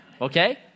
Okay